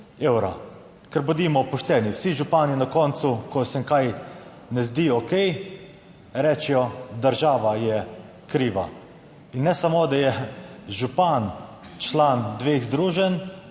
evra? Ker, bodimo pošteni, vsi župani na koncu, ko se nam kaj ne zdi okej, rečejo, država je kriva. In ne samo, da je župan član dveh združenj,